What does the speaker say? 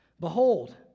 Behold